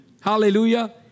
Hallelujah